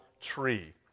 tree